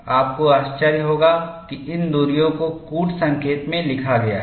आपको आश्चर्य होगा कि इन दूरियों को कूट संकेत में लिखा गया है